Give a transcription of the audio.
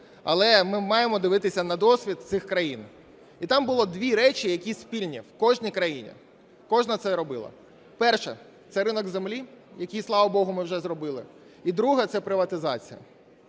але ми маємо дивитися на досвід цих країн. І там були дві речі, які спільні в кожній країні, кожна це робила. Перше. Це ринок землі, який, слава Богу, ми вже зробили. І друге – це приватизація.